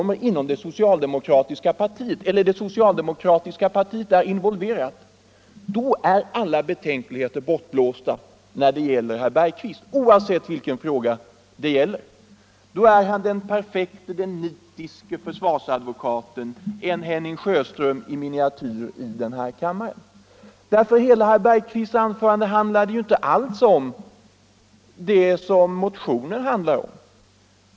Men så snart socialdemokratiska partiet är involverat är alla betänkligheter bortblåsta hos herr Bergqvist, oavsett vilka frågor det gäller. Då är han den nitiske försvarsadvokaten, en Henning Sjöström i miniatyr, här i kammaren. Herr Bergqvists anförande handlade ju inte om det som motionen tar upp.